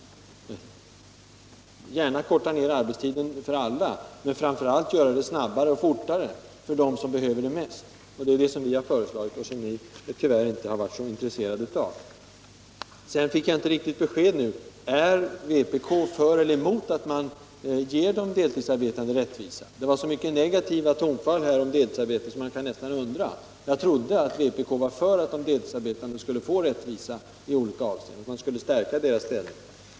Man kan gärna korta ner arbetstiden för alla, men man bör framför allt göra det snabbare för dem som behöver det mest. Det har vi föreslagit, men det har ni tyvärr inte varit så intresserade av. Jag fick inte riktigt besked. Är vpk för eller emot att man ger de dehidsarbetande rättvisa? Det var så mycket negativa tonfall här om deltidsarbete så man kan nästan undra. Jag trodde att vpk var för att de deltidsarbetande skulle få rättvisa i olika avseenden, för att vi skulle stärka deras ställning.